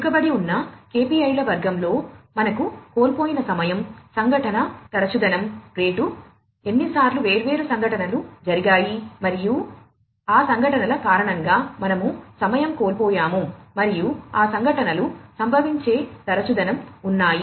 వెనుకబడి ఉన్న KPIల వర్గంలో మనకు కోల్పోయిన సమయం సంఘటన తరచుదనం రేటు ఎన్నిసార్లు వేర్వేరు సంఘటనలు జరిగాయి మరియు ఆ సంఘటనల కారణంగా మనము సమయం కోల్పోయాము మరియు ఆ సంఘటనలు సంభవించే తరచుదనం ఉన్నాయి